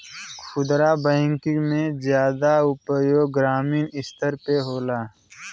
खुदरा बैंकिंग के जादा उपयोग ग्रामीन स्तर पे होला